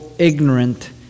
Ignorant